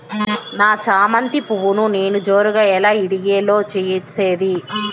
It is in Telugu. నా చామంతి పువ్వును నేను జోరుగా ఎలా ఇడిగే లో చేసేది?